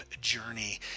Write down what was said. journey